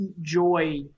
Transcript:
joy